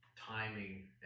timing